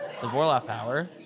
thevorloffhour